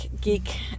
geek